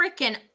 freaking